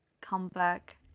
comeback